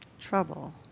trouble